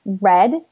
Red